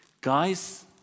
Guys